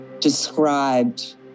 described